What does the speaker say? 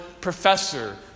professor